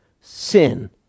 sin